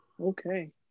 okay